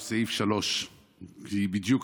היא בסעיף 3. בדיוק,